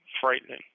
frightening